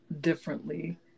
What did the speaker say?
differently